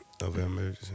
November